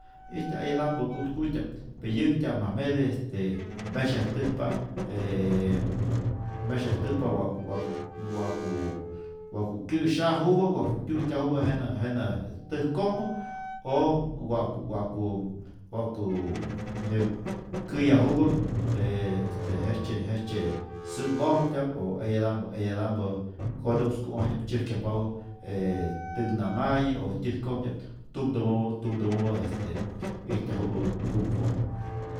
Ijtyaj eyata'mpä ku'tkutya'p, pe yänhtya'majmete este mesyajtäjpa ee mesyajtäjpa wa'ku wa'ku wa'ku wa'ku kyä'syajupä wa'ku kyu'tyajupä jenä jenä täjkojmä o wa'ku wa'ku wa'ku nyä käyajupä, ee este jejtzye jejtzye sä'nhojmtya'p o eyata'mpä eyata'mpä konu'kskuojtya'p tzyäjkyajpapä ee täknamaye o tyäjkojmtya'p tumtumäpä tumtumäpä este ijtyajupä kumku'ojmä.